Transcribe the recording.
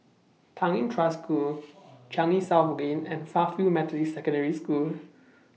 Tanglin Trust School Changi South Lane and Fairfield Methodist Secondary School